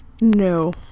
No